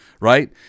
right